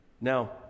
Now